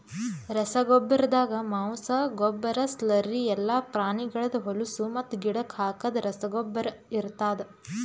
ರಸಗೊಬ್ಬರ್ದಾಗ ಮಾಂಸ, ಗೊಬ್ಬರ, ಸ್ಲರಿ ಎಲ್ಲಾ ಪ್ರಾಣಿಗಳ್ದ್ ಹೊಲುಸು ಮತ್ತು ಗಿಡಕ್ ಹಾಕದ್ ರಸಗೊಬ್ಬರ ಇರ್ತಾದ್